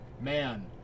man